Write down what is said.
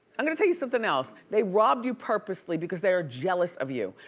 i'm gonna tell you something else. they robbed you purposely because they are jealous of you.